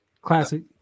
Classic